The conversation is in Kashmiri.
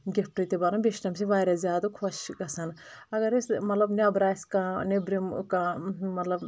گفٹ تہِ بنن بییٚہِ چھُ تمہِ سۭتۍ واریاہ زیادٕ خۄش گژھان اگر أسۍ مطلب نٮ۪برٕ آسہِ کانٛہہ نیٚبرِم کانٛہہ مطلب